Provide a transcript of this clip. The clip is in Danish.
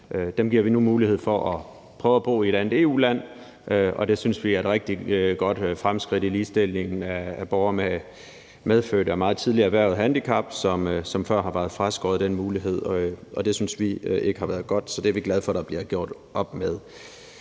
Dem giver vi nu muligheden for at prøve at bo i et andet EU-land, og det synes vi er et rigtig godt fremskridt i ligestillingen af borgere med et medfødt eller meget tidligt erhvervet handicap, som før har været afskåret fra den mulighed. Det synes vi ikke har været godt, så det er vi glade for at der bliver gjort op med.